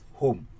home